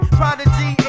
prodigy